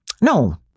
no